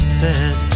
bed